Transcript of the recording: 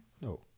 No